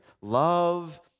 love